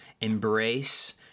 embrace